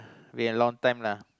been a long time lah